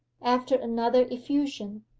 after another effusion.